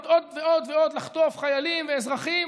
עוד ועוד ועוד לחטוף חיילים ואזרחים